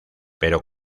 pero